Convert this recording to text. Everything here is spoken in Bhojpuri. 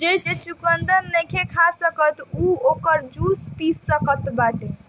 जे चुकंदर नईखे खा सकत उ ओकर जूस पी सकत बाटे